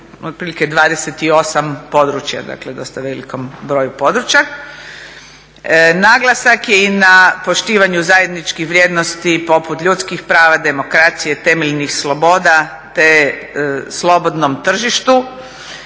otprilike 28 područja. Dakle, dosta velikom broju područja. Naglasak je i na poštivanju zajedničkih vrijednosti poput ljudskih prava, demokracije, temeljnih sloboda, te slobodnom tržištu.